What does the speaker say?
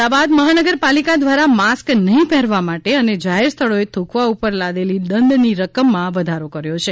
અમદાવાદ મહાનગર પાલિકા દ્વારા માસ્ક નહિ પહેરવા માટે અને જાહેર સ્થળો એ થૂંકવા ઉપર લાદેલી દંડની રકમમાં વધારો કર્યો છે